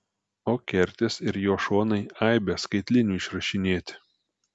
o kertės ir jo šonai aibe skaitlinių išrašinėti